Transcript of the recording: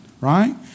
right